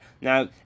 Now